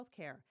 healthcare